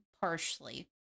Partially